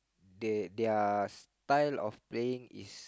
the their style of playing is